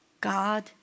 God